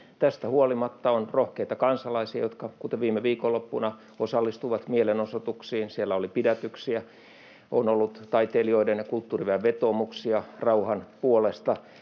Tästä huolimatta on rohkeita kansalaisia, kuten viime viikonloppuna niitä, jotka osallistuivat mielenosoituksiin — siellä oli pidätyksiä — ja on ollut taiteilijoiden ja kulttuuriväen vetoomuksia rauhan puolesta.